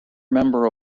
member